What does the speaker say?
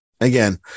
Again